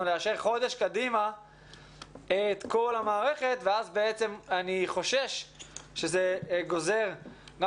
לאשר חודש קדימה את כל המערכת ואז אני חושש שזה גוזר גם